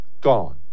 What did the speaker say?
gone